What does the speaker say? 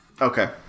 Okay